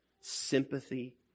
sympathy